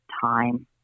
time